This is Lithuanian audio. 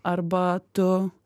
arba tu